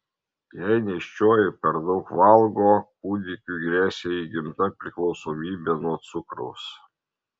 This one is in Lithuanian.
jei nėščioji per daug valgo kūdikiui gresia įgimta priklausomybė nuo cukraus